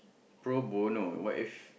pro bono what if